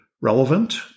relevant